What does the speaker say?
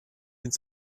ins